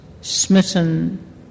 Smitten